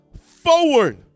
forward